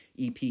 EP